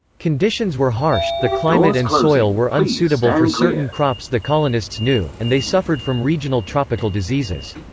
conditions were harsh, the climate and soil were unsuitable for certain crops the colonists knew, and they suffered from regional tropical diseases.